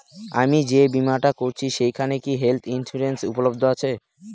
আমি যে বীমাটা করছি সেইখানে কি হেল্থ ইন্সুরেন্স উপলব্ধ আছে?